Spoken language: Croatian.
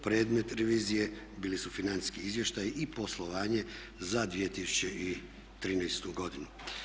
Predmet revizije bili su financijski izvještaji i poslovanje za 2013. godinu.